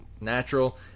natural